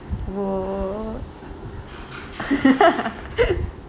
!whoa!